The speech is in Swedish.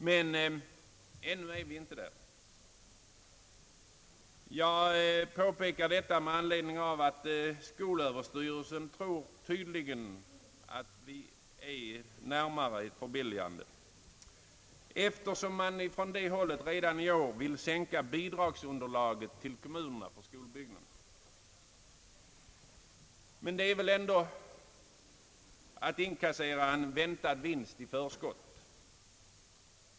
Men ännu är vi inte där. Skolöverstyrelsen tror tydligen det, eftersom man redan i år vill sänka bidragsunderlaget för skolbyggnader till kommunerna. Men detta är väl ändå att inkassera en väntad vinst i förskott.